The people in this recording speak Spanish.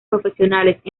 profesionales